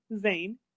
Zane